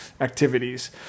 activities